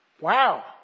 wow